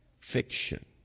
fiction